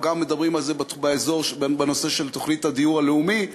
אנחנו גם מדברים על זה בנושא של תוכנית הדיור הלאומי,